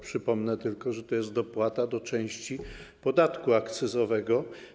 Przypomnę tylko, że to jest dopłata do części podatku akcyzowego.